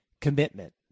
Commitment